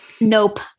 Nope